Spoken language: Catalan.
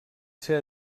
ser